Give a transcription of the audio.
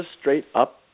straight-up